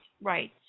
right